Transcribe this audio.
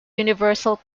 universal